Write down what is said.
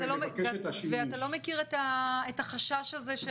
אתה לא מכיר את החשש הזה,